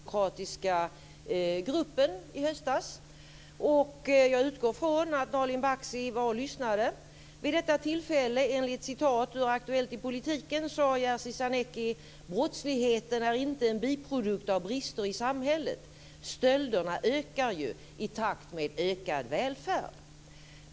Fru talman! Enligt Aktuellt i politiken talade brottsforskaren Jerzy Sarnecki inför den socialdemokratiska gruppen i höstas. Jag utgår från att Nalin Baksi var där och lyssnade vid detta tillfälle. Enligt citat från Aktuellt i politiken sade Jerzy Sarnecki: Brottsligheten är inte en biprodukt av brister i samhället. Stölderna ökar ju i takt med ökad välfärd.